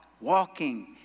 walking